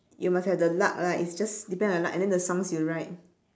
you must have the luck lah and is just be there the luck and then the songs you write